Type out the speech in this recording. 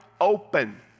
open